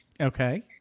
Okay